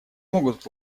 могут